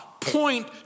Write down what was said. point